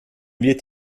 wird